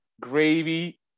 gravy